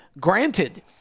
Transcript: granted